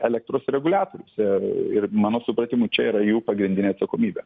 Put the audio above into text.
elektros reguliatorius ir ir mano supratimu čia yra jų pagrindinė atsakomybė